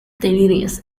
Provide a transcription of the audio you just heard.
delirious